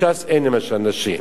בש"ס אין למשל נשים.